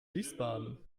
wiesbaden